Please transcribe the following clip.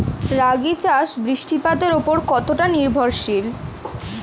রাগী চাষ বৃষ্টিপাতের ওপর কতটা নির্ভরশীল?